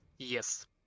Yes